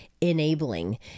enabling